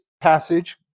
passage